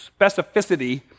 specificity